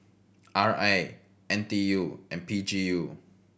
R A N T U and P G U